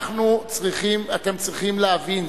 אתם צריכים להבין,